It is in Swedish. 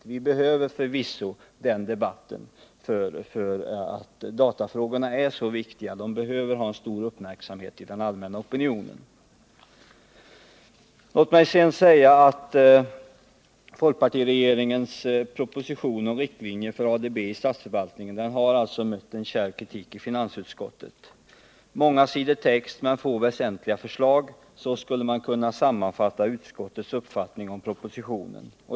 Vi behöver förvisso den debatten, eftersom datafrågorna är så viktiga att de bör uppmärksammas av allmänheten. Låt mig sedan säga att folkpartiregeringens proposition om riktlinjer för ADB i statsförvaltningen har mött kärv kritik i finansutskottet. Många sidor text men få väsentliga förslag — så skulle man kunna sammanfatta utskottets uppfattning om propositionen.